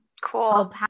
Cool